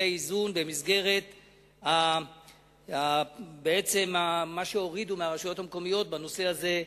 האיזון במסגרת מה שהורידו מהרשויות המקומיות בנושא של